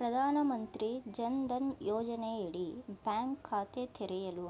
ಪ್ರಧಾನಮಂತ್ರಿ ಜನ್ ಧನ್ ಯೋಜನೆಯಡಿ ಬ್ಯಾಂಕ್ ಖಾತೆ ತೆರೆಯಲು